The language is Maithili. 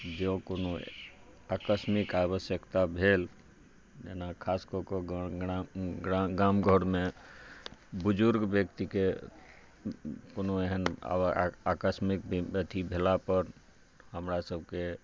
जँ कोनो आकस्मिक आवश्यक्ता भेल जेना खास कऽके गाम घरमे बुजुर्ग व्यक्तिके कोनो एहन आकस्मिक अथि भेलापर हमरा सभके